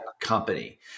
company